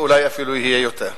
ואולי אפילו תהיה יותר צמיחה.